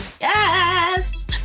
Yes